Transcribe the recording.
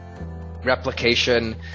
replication